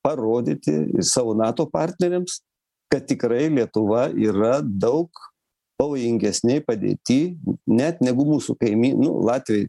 parodyti savo nato partneriams kad tikrai lietuva yra daug pavojingesnėj padėty net negu mūsų kaimynų latviai